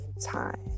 time